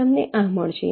તમને આ મળશે